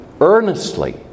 earnestly